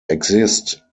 exist